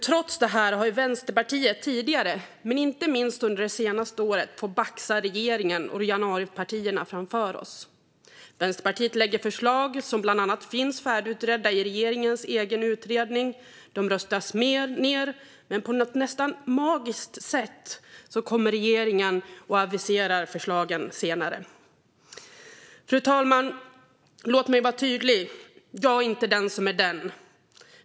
Trots det har Vänsterpartiet tidigare men inte minst under det senaste året fått baxa regeringen och januaripartierna framför sig. Vänsterpartiet lägger bland annat fram förslag som finns färdigutredda i regeringens egen utredning. De röstas ned. Men på något nästan magiskt sätt återkommer regeringen och aviserar förslagen senare. Fru talman! Låt mig vara tydlig: Jag är inte den som är den.